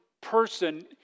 person